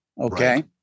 Okay